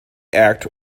act